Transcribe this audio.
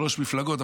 שלוש מפלגות,